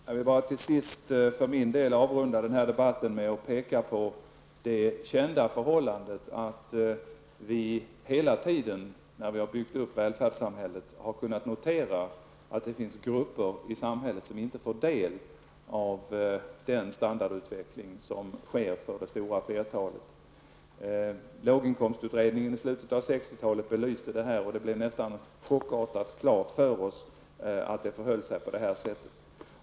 Herr talman! Jag vill bara till sist för min del avrunda den här debatten med att påpeka det kända förhållandet att vi hela tiden, när vi har byggt upp välfärdssamhället, har kunnat notera att det finns grupper i samhället som inte får del av den standardutveckling som sker för det stora flertalet människor. Låginkomstutredningen i slutet av 60 talet belyste det här, och det blev nästan chockartat klart för oss att det förhöll sig på det här sättet.